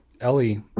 Ellie